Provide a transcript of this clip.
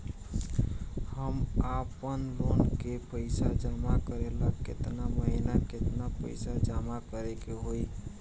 हम आपनलोन के पइसा जमा करेला केतना महीना केतना पइसा जमा करे के होई?